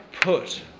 put